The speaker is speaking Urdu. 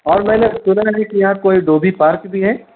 اور میں نے سنا ہے کہ آپ کوئی ڈوبھی پارک بھی ہے